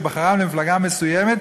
שבחרה מפלגה מסוימת,